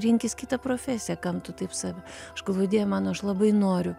rinkis kitą profesiją kam tu taip save aš galvoju dieve mano aš labai noriu